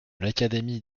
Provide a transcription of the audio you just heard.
l’académie